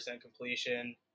completion